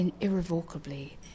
irrevocably